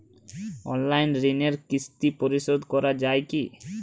Online ঋণের কিস্তি পরিশোধ করা যায় কি?